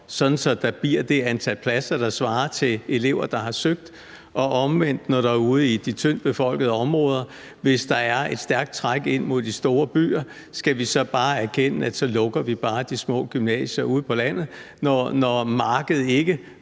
at der bliver det antal pladser, der svarer til elever, der har søgt? Og omvendt i forhold til de tyndtbefolkede områder: Hvis der er et stærkt træk ind mod de store byer, skal vi så erkende, at vi så bare lukker de små gymnasier ude på landet? Når markedet ikke